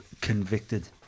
convicted